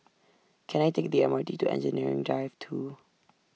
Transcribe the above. Can I Take The M R T to Engineering Drive two